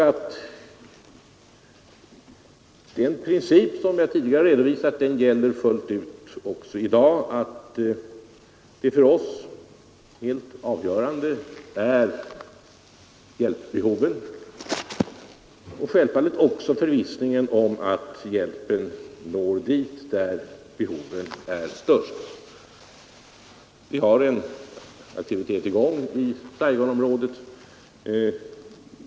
Den princip jag tidigare redovisat gäller i full utsträckning också i dag: Det för oss helt avgörande är hjälpbehovet och självfallet också förvissningen om att hjälpen når dit där behoven är störst. Vi har en aktivitet i gång i Saigonområdet.